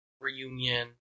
reunion